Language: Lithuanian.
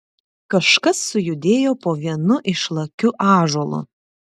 kažkas sujudėjo po vienu išlakiu ąžuolu